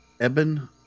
Eben